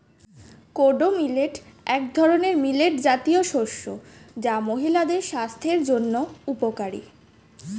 kodo millet এক ধরনের millet জাতীয় শস্য যা মহিলাদের স্বাস্থ্যের জন্য উপকারী